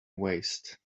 waste